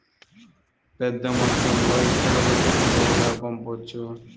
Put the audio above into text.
పెద్దమొత్తంలో ఇతరులకి సులువుగా పంపొచ్చు